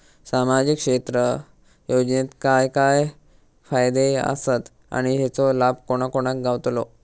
सामजिक क्षेत्र योजनेत काय काय फायदे आसत आणि हेचो लाभ कोणा कोणाक गावतलो?